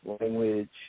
language